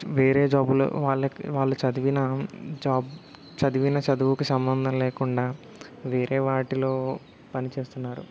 వేరే జాబుల్ల్లో వాళ్ళకి వాళ్ళు చదివిన జాబ్ చదివిన చదువుకి సంబంధం లేకుండా వేరే వాటిలో పని చేస్తున్నారు